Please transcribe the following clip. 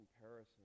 comparison